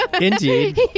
Indeed